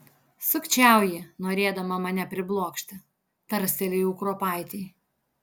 sukčiauji norėdama mane priblokšti tarstelėjau kruopaitei